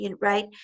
Right